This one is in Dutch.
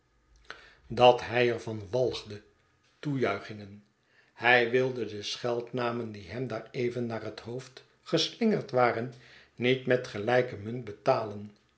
van walgde toejuichingen hij wilde de scheldnamen die hem daar even naar het hoofd geslingerd waren niet met gelijke munt betalen